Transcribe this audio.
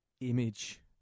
image